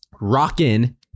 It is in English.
Rockin